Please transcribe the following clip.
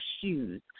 shoes